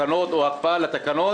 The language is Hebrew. הקנסות בלי לגמור את העניין של ההסדרה.